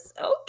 okay